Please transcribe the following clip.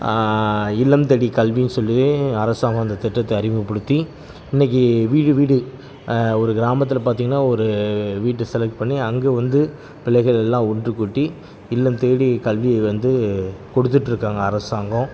இல்லம் தேடி கல்வின்னு சொல்லி அரசாங்கம் அந்த திட்டத்தை அறிமுகப்படுத்தி இன்னைக்கு வீடு வீடு ஒரு கிராமத்தில் பார்த்திங்கன்னா ஒரு வீட்டை செலெக்ட் பண்ணி அங்கே வந்து பிள்ளைகள் எல்லாம் ஒன்று கூட்டி இல்லம் தேடி கல்வி வந்து கொடுத்துட்டுருக்காங்க அரசாங்கம்